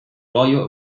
royal